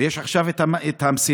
ויש עכשיו את המסילה.